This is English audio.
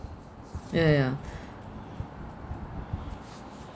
ya ya ya